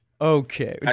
Okay